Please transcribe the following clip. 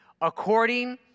according